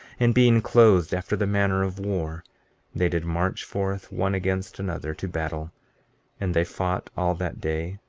and being clothed after the manner of war they did march forth one against another to battle and they fought all that day,